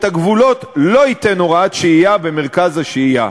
הגבולות לא ייתן הוראת שהייה במרכז השהייה,